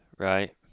Right